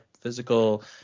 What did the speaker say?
Physical